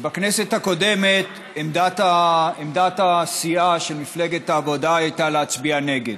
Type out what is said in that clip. ובכנסת הקודמת עמדת הסיעה של מפלגת העבודה הייתה להצביע נגד,